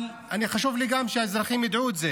אבל חשוב לי שהאזרחים ידעו את זה